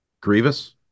Grievous